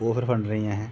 ओह्दे र फंडनी असें